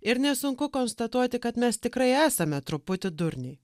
ir nesunku konstatuoti kad mes tikrai esame truputį durniai